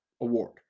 award